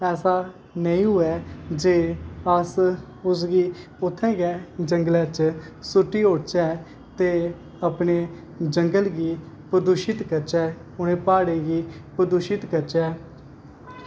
ऐसा नेईं होऐ जे अस उसगी उत्थें गै जंगलें च सुट्टी ओड़चै ते अपने जंगल गी प्रदुषित करचै ते इनें प्हाड़ें गी प्रदुषित करचै